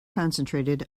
concentrated